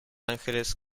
ángeles